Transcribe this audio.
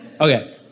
Okay